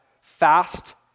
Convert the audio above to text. fast